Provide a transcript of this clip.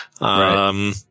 Right